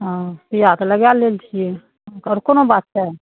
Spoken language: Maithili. हँ सुइया तऽ लगाय लै छियै आओर कोनो बात छै